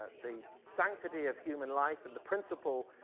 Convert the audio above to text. the sanctity of human life and the principle